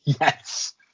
yes